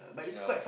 ya